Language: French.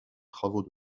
travaux